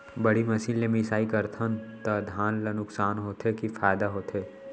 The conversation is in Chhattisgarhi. बड़ी मशीन ले मिसाई करथन त धान ल नुकसान होथे की फायदा होथे?